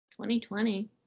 2020